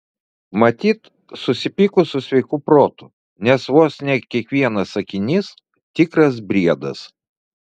matyt susipykus su sveiku protu nes vos ne kiekvienas sakinys tikras briedas